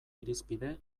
irizpide